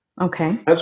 Okay